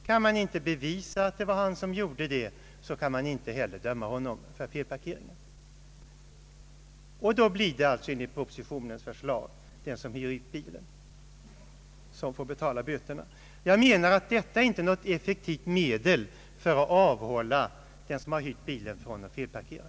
Kan man inte bevisa att det var han som använde bilen så kan man inte heller döma honom för felparkering. Då blir det alltså enligt propositionens förslag den som hyr ut bilen som får betala böterna. Jag anser att detta inte är något effektivt medel för att avhålla den som har hyrt bilen från att felparkera.